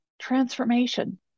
transformation